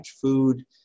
food